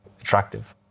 attractive